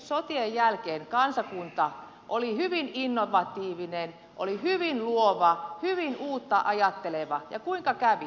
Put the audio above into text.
sotien jälkeen kansakunta oli hyvin innovatiivinen oli hyvin luova hyvin uutta ajatteleva ja kuinka kävi